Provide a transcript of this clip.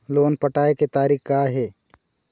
Loan पटाए के तारीख़ का हे?